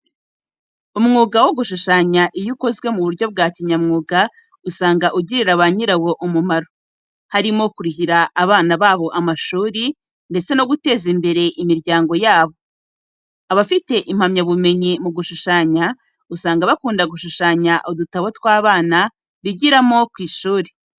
Umwuga wo gushushanya iyo ukozwe mu buryo bwa kinyamwuga usanga ugirira ba nyirawo umumaro, harimo kurihira abana babo amashuri ndetse no guteza imbere imiryango yabo. Abafite impamyabumyenyi mu gushushanya, usanga bakunda gushushanya udutabo tw'abana bigiramo ku ishuri,